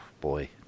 boy